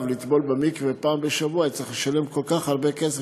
לטבול במקווה פעם בשבוע יצטרך לשלם כל כך הרבה כסף,